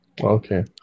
Okay